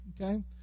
Okay